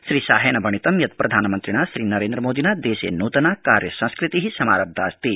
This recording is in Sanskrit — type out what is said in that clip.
श्रीशाहेन भणितं यत् प्रधानमन्त्रिणा श्रीनरेन्द्रमोदिना देशे नूतना कार्यसंस्कृति समारब्धास्ति